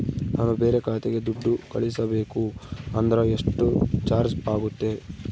ನಾನು ಬೇರೆ ಖಾತೆಗೆ ದುಡ್ಡು ಕಳಿಸಬೇಕು ಅಂದ್ರ ಎಷ್ಟು ಚಾರ್ಜ್ ಆಗುತ್ತೆ?